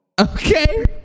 Okay